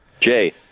Jay